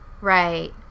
Right